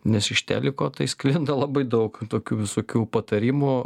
nes iš teliko tai sklinda labai daug tokių visokių patarimų